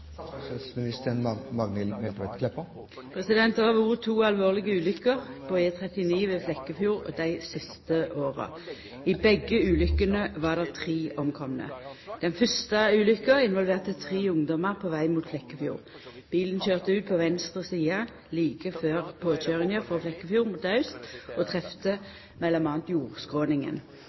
Det har vore to alvorlege ulykker på E39 ved Flekkefjord dei siste åra. I begge ulykkene var det tre omkomne. Den fyrste ulykka involverte tre ungdommar på veg mot Flekkefjord. Bilen køyrde ut på venstre side like før påkøyringa frå Flekkefjord mot aust og trefte m.a. jordskråninga.